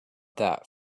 that